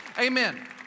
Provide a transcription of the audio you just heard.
Amen